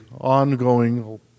ongoing